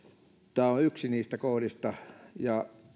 tämä on yksi niistä kohdista ja